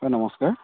হয় নমস্কাৰ